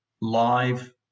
live